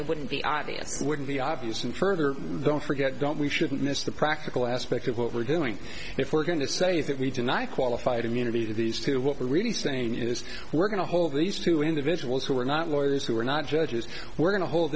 it wouldn't be obvious wouldn't be obvious and further don't forget don't we shouldn't miss the practical aspect of what we're doing if we're going to say is that we deny qualified immunity to these two what we're really saying is we're going to hold these two individuals who are not lawyers who are not judges we're going to hold